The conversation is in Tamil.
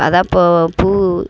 அதான் இப்போது பூ